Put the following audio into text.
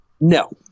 No